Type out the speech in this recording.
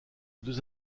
deux